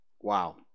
Wow